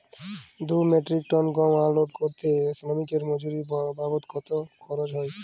দুই metric ton গম unload করতে শ্রমিক এর মজুরি বাবদ কত খরচ হয়?